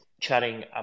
chatting